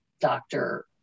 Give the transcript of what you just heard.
doctor